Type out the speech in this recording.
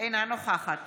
אינה נוכחת